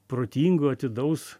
protingo atidaus